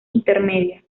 intermedia